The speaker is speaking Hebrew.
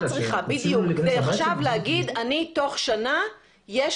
מה את צריכה כדי להגיד שתוך שנה יש